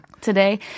Today